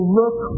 look